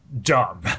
dumb